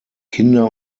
kinder